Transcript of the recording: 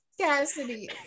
Cassidy